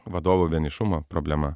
vadovo vienišumo problema